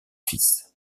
fils